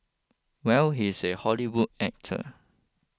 well he's a Hollywood actor